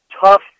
tough